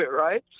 right